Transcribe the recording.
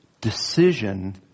decision